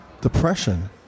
depression